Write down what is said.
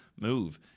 move